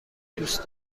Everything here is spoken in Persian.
دوست